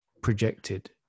projected